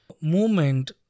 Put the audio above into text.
movement